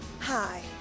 Hi